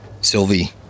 Sylvie